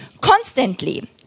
constantly